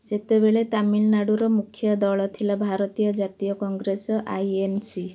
ସେତେବେଳେ ତାମିଲନାଡ଼ୁର ମୁଖ୍ୟ ଦଳ ଥିଲା ଭାରତୀୟ ଜାତୀୟ କଂଗ୍ରେସ ଆଇ ଏନ୍ ସି